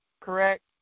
correct